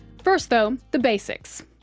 first though, the basics.